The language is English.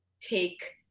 take